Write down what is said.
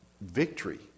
victory